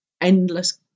endless